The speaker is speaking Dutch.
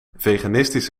veganistisch